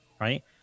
right